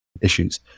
issues